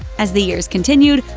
as the years continued,